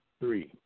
three